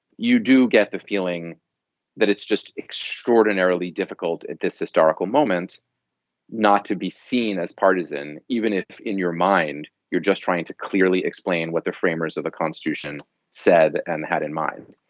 you do get the feeling that it's just extraordinarily difficult at this historical moment not to be seen as partisan, even if in your mind, you're just trying to clearly explain what the framers of the constitution said and had in mind.